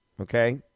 Okay